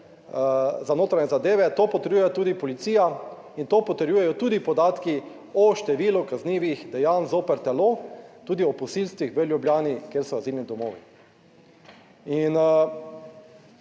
Za notranje zadeve, to potrjuje tudi policija in to potrjujejo tudi podatki o številu kaznivih dejanj zoper telo, tudi o posilstvih v Ljubljani, kjer so Azilni domovi.